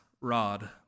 rod